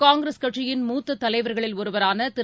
காங்கிரஸ் கட்சியின் மூத்த தலைவர்களில் ஒருவரான திரு